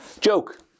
Joke